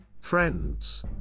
Friends